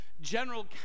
general